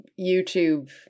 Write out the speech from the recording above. YouTube